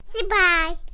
Goodbye